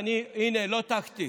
לא טקטי,